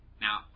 Now